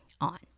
on